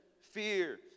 fear